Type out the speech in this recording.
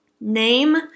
name